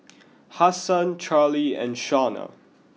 Hasan Charlee and Shawna